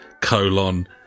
Colon